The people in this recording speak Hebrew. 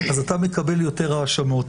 אז אתה מקבל יותר האשמות.